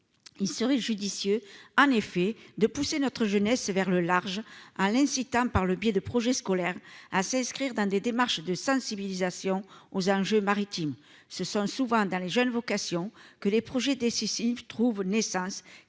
il serait judicieux en effet de pousser notre jeunesse vers le large à l'incitant par le biais de projet scolaire à s'inscrire dans des démarches de sensibilisation aux enjeux maritimes, ce sont souvent dans les jeunes vocations que les projets décisifs trouve naissance